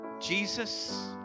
Jesus